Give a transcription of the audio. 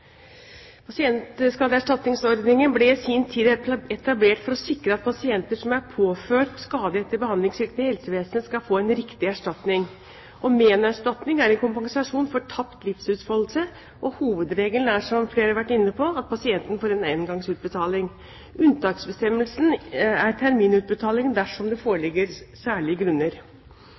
Pasientskadeerstatningsordningen ble i sin tid etablert for å sikre at pasienter som er påført skade etter behandlingssvikt i helsevesenet, skal få en riktig erstatning. Menerstatning er en kompensasjon for tapt livsutfoldelse, og hovedregelen er – som flere har vært inne på – at pasienten får en engangsutbetaling. Unntaksbestemmelsen er terminutbetaling dersom det foreligger særlige grunner.